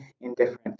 indifferent